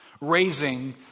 raising